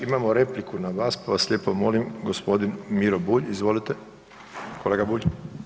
Imamo repliku na vas pa vas lijepo molim, g. Miro Bulj, izvolite kolega Bulj.